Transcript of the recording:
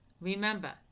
Remember